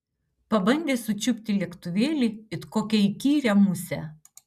pabandė sučiupti lėktuvėlį it kokią įkyrią musę